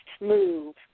move